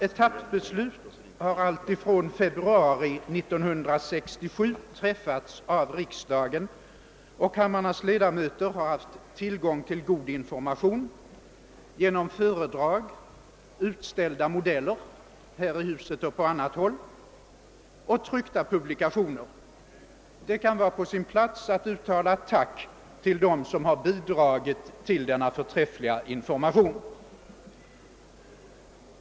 Etappbeslut har alltifrån februari 1967 träffats av riksdagen, och kamrarnas ledamöter har haft tillgång till god information genom föredrag, utställda modeller — här i huset och på annat håll — och olika publikationer. Det kan vara på sin plats att uttala ett tack till dem som har bidragit till denna förträffliga information.